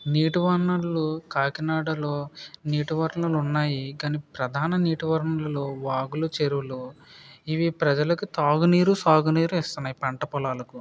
నీటి వనరులు కాకినాడలో నీటి వనరులు ఉన్నాయి కానీ ప్రధాన నీటి వనరులలో వాగులు చెరువులు ఇవి ప్రజలకు తాగునీరు సాగునీరు ఇస్తున్నాయి పంట పొలాలకు